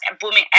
booming